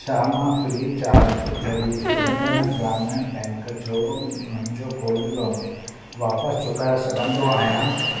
छा मां FreeCharge ज़रिए तेलंगाना ग्रामीण बैंक जो मुंहिंजो गोल्ड लोन वापसि चुकाए सघंदो आहियां